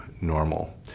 normal